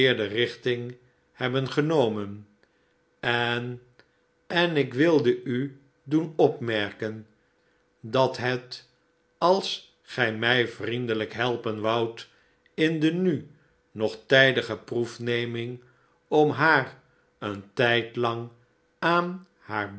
verkeerde richting hebben genomen en en ik wilde u doen opmerken dat het dat het als gij mij vriendelijk helpen woudt in de nu nog tijdige proefneming om haar een tijdlang aan haar